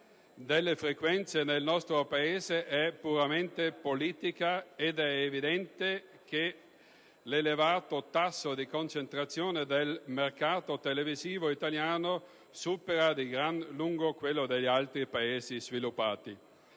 delle frequenze nel nostro Paese è puramente politica ed è evidente che l'elevato tasso di concentrazione del mercato televisivo italiano supera di gran lunga quello degli altri Paesi sviluppati.